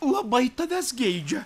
labai tavęs geidžia